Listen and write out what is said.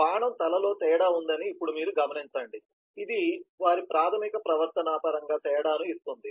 బాణం తలలో తేడా ఉందని ఇప్పుడు మీరు గమనించండి ఇది వారి ప్రాథమిక ప్రవర్తన పరంగా తేడాను ఇస్తుంది